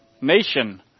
nation